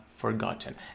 forgotten